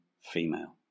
female